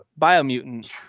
Biomutant